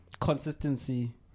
consistency